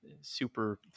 super